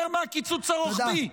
יותר מהקיצוץ הרוחבי,